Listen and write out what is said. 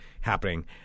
happening